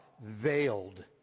veiled